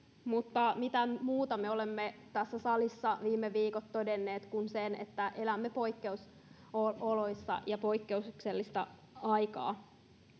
mutta mitä muuta me olemme tässä salissa viime viikot todenneet kuin sen että elämme poikkeusoloissa ja poikkeuksellista aikaa